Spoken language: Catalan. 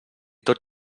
tot